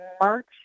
March